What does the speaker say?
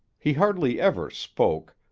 he hardly ever spoke,